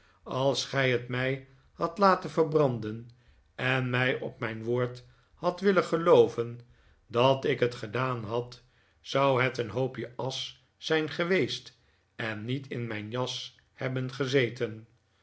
als gij het mij hadt laten verbranden en mij op mijn woord hadt willen gelooven dat ik het gedaan had zou het een hoopje asch zijn geweest en niet in mijn jas hebben gezeten